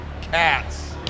cats